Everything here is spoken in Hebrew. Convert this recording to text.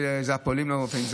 והפועלים לא מופיעים,